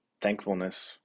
thankfulness